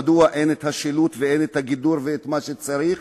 מדוע אין שילוט ואין גידור ומה שצריך?